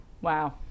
Wow